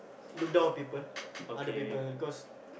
look down on people other people cause